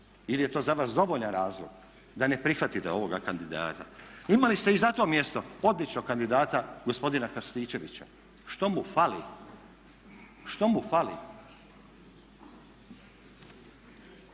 ili je to za vas dovoljan razlog da ne prihvatite ovoga kandidata? Imali ste iza to mjesto odličnog kandidata gospodina Krstičevića. Što mu fali? Što mu fali?